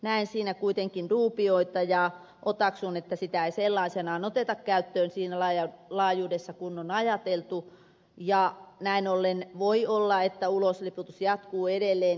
näen siinä kuitenkin dubioita ja otaksun että sitä ei sellaisenaan oteta käyttöön siinä laajuudessa kuin on ajateltu ja näin ollen voi olla että ulosliputus jatkuu edelleen